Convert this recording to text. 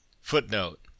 footnote